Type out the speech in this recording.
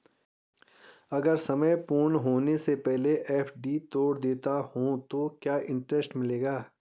अगर समय पूर्ण होने से पहले एफ.डी तोड़ देता हूँ तो क्या इंट्रेस्ट मिलेगा?